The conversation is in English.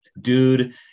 Dude